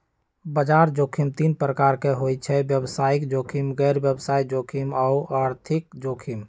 बजार जोखिम तीन प्रकार के होइ छइ व्यवसायिक जोखिम, गैर व्यवसाय जोखिम आऽ आर्थिक जोखिम